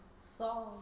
saw